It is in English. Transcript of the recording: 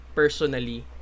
personally